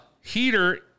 heater